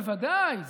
ודאי,